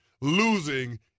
losing